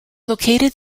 located